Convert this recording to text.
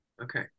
Okay